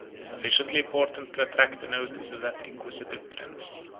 sufficiently important to attract the notice of that inquisitive prince.